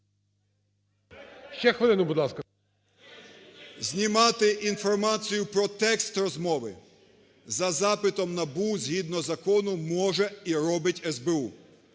Знімати інформацію про текст розмови за запитом НАБУ згідно закону може і робить СБУ.